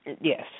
Yes